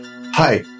Hi